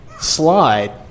slide